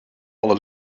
alle